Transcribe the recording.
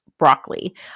broccoli